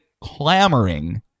clamoring